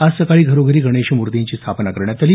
आज सकाळी घरोघरी गणेशमूर्तींची स्थापना करण्यात आली